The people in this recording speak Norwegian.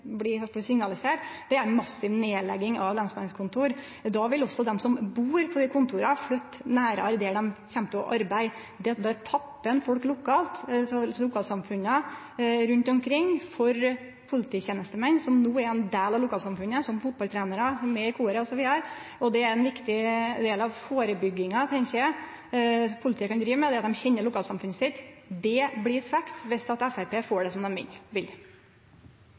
blir signalisert, er ei massiv nedlegging av lensmannskontor. Då vil også dei som bur ved desse kontora, flytte nærare der dei kjem til å arbeide. Då blir det tappa for folk lokalt – ein tappar lokalsamfunna rundt omkring for polititenestemenn som no er ein del av lokalsamfunnet, som fotballtrenarar, som kormedlem osv. Det er ein viktig del av den førebygginga – tenkjer eg – politiet kan drive med, at dei kjenner lokalsamfunnet sitt. Det blir svekt viss Framstegspartiet får det som dei vil.